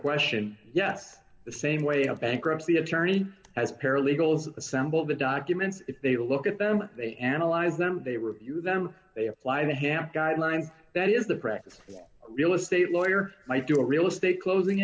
question yes the same way a bankruptcy attorney as paralegals assemble the documents they look at them they analyze them they review them they apply the hamp guidelines that is the practice real estate lawyer might do a real estate closing